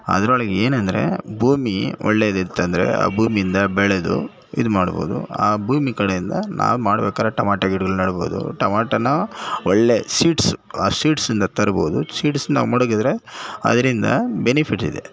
ಅದ್ರೊಳಗೆ ಏನಂದರೆ ಭೂಮಿ ಒಳ್ಳೆದಿತ್ತಂದ್ರೆ ಆ ಭೂಮಿಯಿಂದ ಬೆಳೆದು ಇದು ಮಾಡ್ಬೋದು ಆ ಭೂಮಿ ಕಡೆಯಿಂದ ನಾವು ಮಾಡ್ಬೇಕಾರೆ ಟೊಮಾಟೊ ಗಿಡಗಳನ್ನ ನೆಡ್ಬೋದು ಟೊಮಾಟೊನ ಒಳ್ಳೆ ಸೀಡ್ಸು ಆ ಸೀಡ್ಸಿಂದ ತರ್ಬೋದು ಸೀಡ್ಸ್ ನಾವು ಮಡಗಿದ್ರೆ ಅದರಿಂದ ಬೆನಿಫಿಟ್ ಇದೆ